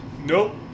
Nope